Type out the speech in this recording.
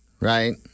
right